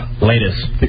Latest